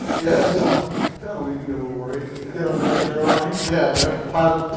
yeah yeah kind of leave me a little worried. get on american airlines yeah and the pilot